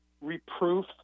reproof